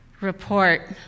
report